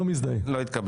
לא התקבלה.